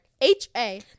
H-A